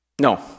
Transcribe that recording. No